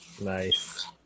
nice